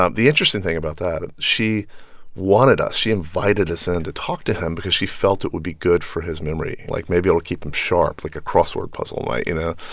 ah the interesting thing about that and she wanted us she invited us in to talk to him because she felt it would be good for his memory. like, maybe it'll keep him sharp like a crossword puzzle might, you know?